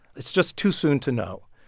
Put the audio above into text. it's just too soon to know.